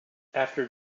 after